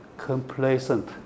Complacent